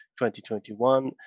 2021